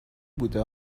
بوده